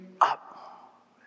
up